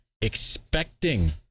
expecting